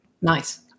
Nice